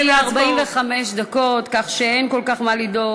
אבל ההפסקה היא 45 דקות כך שאין כל כך מה לדאוג,